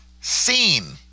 seen